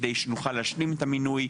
כדי שנוכל להשלים את המינוי,